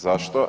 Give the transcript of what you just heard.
Zašto?